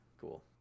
cool